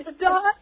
Dot